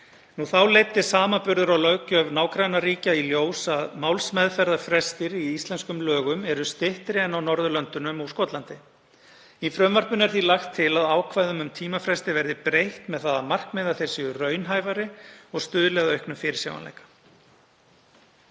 Þá leiddi samanburður á löggjöf nágrannaríkja í ljós að málsmeðferðarfrestir í íslenskum lögum eru styttri en á Norðurlöndunum og í Skotlandi. Í frumvarpinu er því lagt til að ákvæðum um tímafresti verði breytt með það að markmiði að þeir séu raunhæfari og stuðli að auknum fyrirsjáanleika.